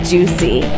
Juicy